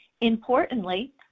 Importantly